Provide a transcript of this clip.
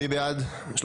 מי בעד 39?